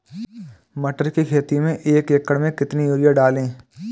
मटर की खेती में एक एकड़ में कितनी यूरिया डालें?